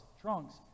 trunks